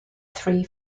three